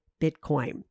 Bitcoin